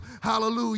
Hallelujah